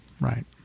right